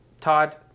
Todd